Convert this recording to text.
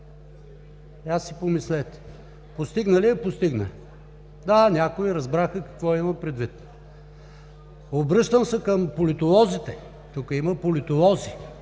Я си помислете: постигна ли я – постигна я! Да, някои разбраха какво имам предвид. Обръщам се към политолозите. Тук има политолози